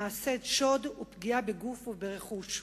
במעשי שוד ובפגיעה בגוף וברכוש.